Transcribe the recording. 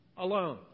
alone